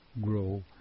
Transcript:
grow